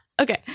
okay